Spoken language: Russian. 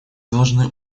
должны